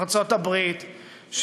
ארצות-הברית,